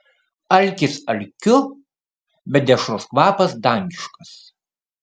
alkis alkiu bet dešros kvapas dangiškas